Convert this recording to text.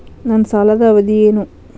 ನನ್ನ ಸಾಲದ ಅವಧಿ ಏನು?